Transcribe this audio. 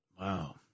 Wow